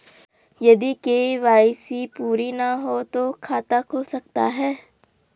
यदि के.वाई.सी पूरी ना हो तो खाता खुल सकता है?